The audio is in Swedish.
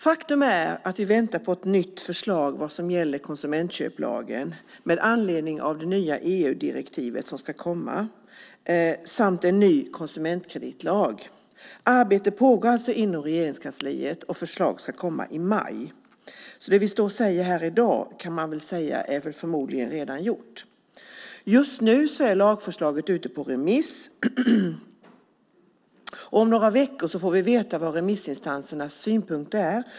Faktum är att vi väntar på ett nytt förslag som gäller konsumentköplagen med anledning av det nya EU-direktiv som ska komma samt en ny konsumentkreditlag. Arbete pågår alltså inom Regeringskansliet, och förslag ska komma i maj. Det vi står och säger här i dag är förmodligen redan gjort. Just nu är lagförslaget ute på remiss. Om några veckor får vi veta vilka remissinstansernas synpunkter är.